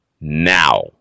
now